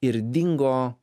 ir dingo